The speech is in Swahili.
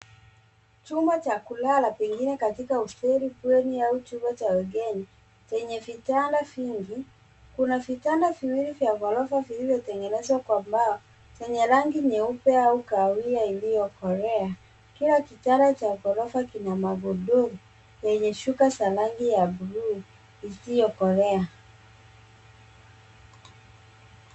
Chumba cha kulala pengine katika hosteli, bweni au chumba cha wageni chenye vitanda vingi. Kuna vitanda viwili vya gorofa vilivyotengenezwa kwa mbao, zenye rangi nyeupe au kahawia iliyokolea. Kila kitanda cha gorofa kina magodoro yenye shuka za rangi ya bluu isiyokolea.